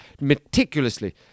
meticulously